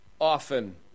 often